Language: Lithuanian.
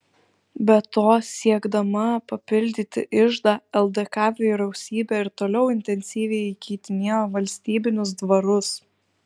be to siekdama papildyti iždą ldk vyriausybė ir toliau intensyviai įkeitinėjo valstybinius dvarus